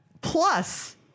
Plus